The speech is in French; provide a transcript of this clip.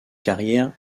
carrière